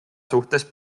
suhtes